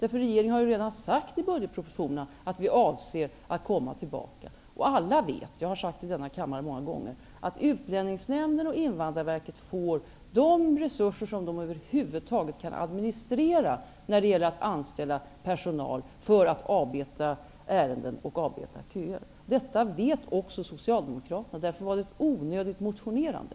Regeringen har redan sagt i budgetpropositionen att vi avser att komma tillbaka. Alla vet, jag har sagt det i denna kammare många gånger, att Utlänningsnämnden och Invandrarverket får de resurser som de över huvud taget kan administrera när det gäller att anställa personal för att beta av ärenden och köer. Detta vet också Socialdemokraterna. Därför var det ett onödigt motionerande.